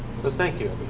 so thank you,